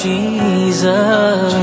Jesus